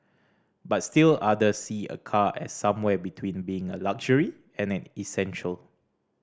but still others see a car as somewhere between being a luxury and an essential